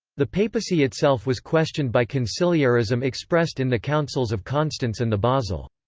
the papacy itself was questioned by conciliarism expressed in the councils of constance and the basel.